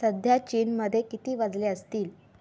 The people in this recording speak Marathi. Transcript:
सध्या चीनमध्ये किती वाजले असतील